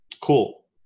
cool